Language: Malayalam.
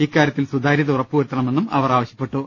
ഇക്കാര്യത്തിൽ സുതാര്യത ഉറപ്പുവരുത്തണ മെന്നും അവർ ആവശ്യപ്പെട്ടു